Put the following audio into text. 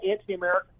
anti-American